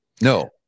No